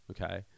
Okay